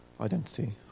identity